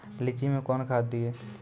लीची मैं कौन खाद दिए?